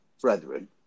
brethren